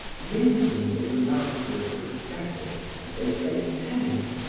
mingling with the laughter of the professors as they played tennis,